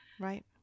right